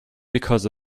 because